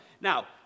Now